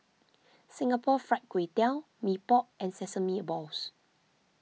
Singapore Fried Kway Tiao Mee Pok and Sesame Balls